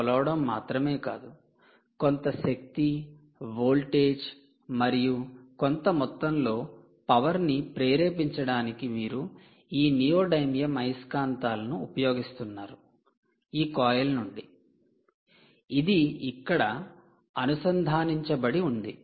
కొలవడం మాత్రమే కాదు కొంత శక్తి వోల్టేజ్ మరియు కొంత మొత్తంలో పవర్ని ప్రేరేపించడానికి మీరు ఈ నియోడైమియం అయస్కాంతాలను ఉపయోగిస్తున్నారు ఈ కాయిల్ నుండి ఇది ఇక్కడ అనుసంధానించబడి ఉంది